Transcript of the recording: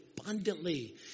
abundantly